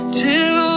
till